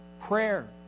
prayer